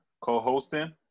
co-hosting